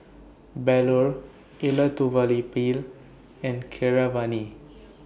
Bellur Elattuvalapil and Keeravani